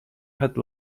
had